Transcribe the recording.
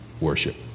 worship